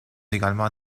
également